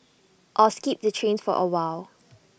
or skip the train for awhile